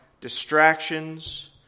distractions